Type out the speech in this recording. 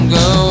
go